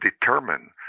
determine